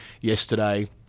yesterday